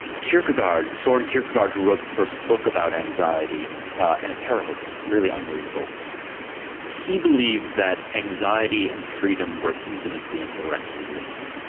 kierkegaard, soren kierkegaard, who wrote the first book about anxiety and a terrible book, really unreadable he believed that anxiety and freedom were intimately and directly linked,